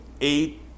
Eight